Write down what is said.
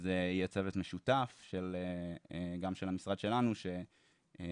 אז יהיה צוות משותף גם של המשרד שלנו ומשרד